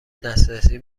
دسترسی